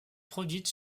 produite